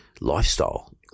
lifestyle